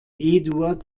eduard